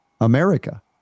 America